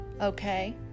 okay